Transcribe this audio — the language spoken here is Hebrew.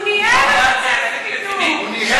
הוא ניהל את צוות הבידור.